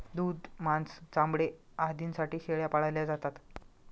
दूध, मांस, चामडे आदींसाठी शेळ्या पाळल्या जातात